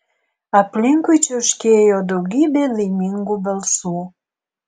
aplinkui čiauškėjo daugybė laimingų balsų